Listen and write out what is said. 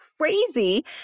crazy